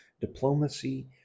diplomacy